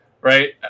right